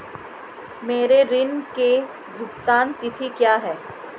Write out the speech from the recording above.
मेरे ऋण की भुगतान तिथि क्या है?